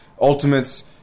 Ultimates